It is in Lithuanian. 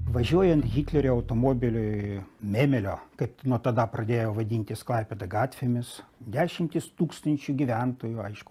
važiuojant hitlerio automobiliui mėmelio kaip nuo tada pradėjo vadintis klaipėda gatvėmis dešimtys tūkstančių gyventojų aišku